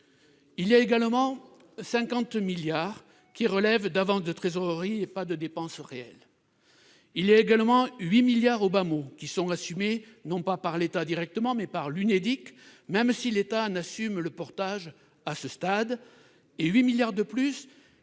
Il y a également 50 milliards d'euros qui relèvent d'avances de trésorerie et pas de dépenses réelles. Il y a également 8 milliards d'euros, au bas mot, qui sont assumés non pas par l'État directement, mais par l'Unédic, même si l'État en assume le portage à ce stade, et 8 milliards d'euros